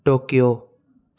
Tokyo